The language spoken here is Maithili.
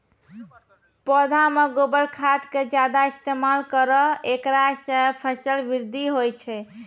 पौधा मे गोबर खाद के ज्यादा इस्तेमाल करौ ऐकरा से फसल बृद्धि होय छै?